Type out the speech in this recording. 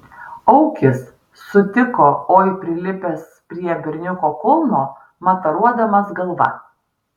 aukis sutiko oi prilipęs prie berniuko kulno mataruodamas galva